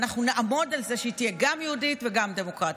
ואנחנו נעמוד על זה שהיא תהיה גם יהודית וגם דמוקרטית.